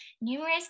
Numerous